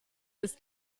ist